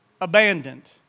Abandoned